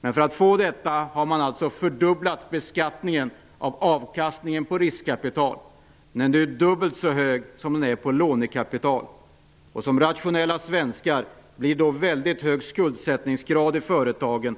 Men för att få detta har beskattningen av avkastningen på riskkapital fördubblats; den är dubbelt så hög som på lånekapital. Rationella svenskar blir då, med en mycket hög skuldsättningsgrad i företagen,